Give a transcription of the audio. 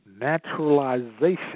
naturalization